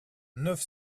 neuf